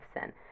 sin